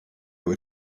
were